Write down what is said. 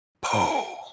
po